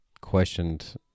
questioned